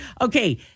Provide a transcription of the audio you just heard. Okay